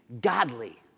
godly